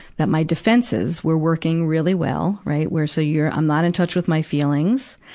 that my defenses were working really well, right, where, so you're, i'm not in touch with my feelings,